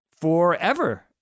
forever